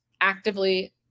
actively